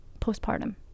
postpartum